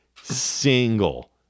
single